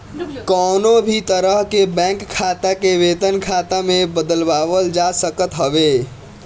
कवनो भी तरह के बैंक खाता के वेतन खाता में बदलवावल जा सकत हवे